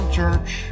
church